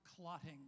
clotting